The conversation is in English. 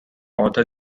author